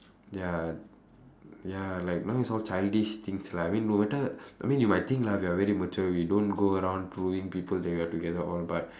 ya ya like now is all childish things lah I mean no matter I mean you might think lah we are very mature we don't go around proving people that we are together all but